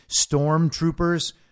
stormtroopers